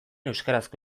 euskarazko